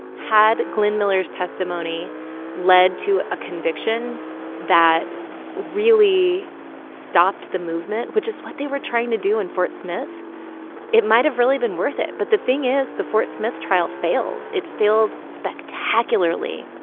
had glenn miller's testimony led to a conviction that really stopped the movement which is what they were trying to do in fort smith it might have really been worth it. but the thing is, the fort smith trial fails. it failed spectacularly